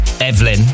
Evelyn